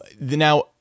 now